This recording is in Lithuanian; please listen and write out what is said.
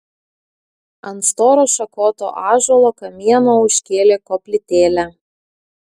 ant storo šakoto ąžuolo kamieno užkėlė koplytėlę